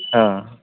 ହଁ